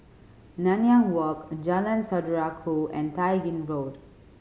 Nanyang Walk and Jalan Saudara Ku and Tai Gin Road